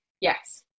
yes